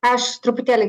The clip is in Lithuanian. aš truputėlį